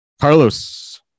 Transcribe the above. Carlos